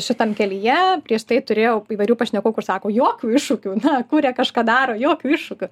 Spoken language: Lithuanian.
šitam kelyje prieš tai turėjau įvairių pašnekovų kur sako jokių iššūkių na kuria kažką daro jokių iššūkių